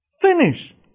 Finish